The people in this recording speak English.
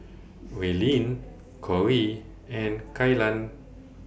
Raelynn Cori and Kaylan